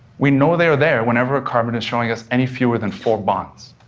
we know they're there whenever a carbon is showing us any fewer than four bonds.